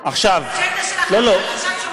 אג'נדה של החלשה של בית-המשפט.